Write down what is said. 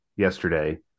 yesterday